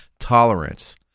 Tolerance